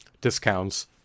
discounts